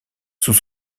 sous